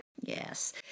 Yes